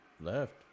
Left